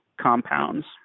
compounds